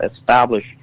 establish